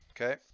okay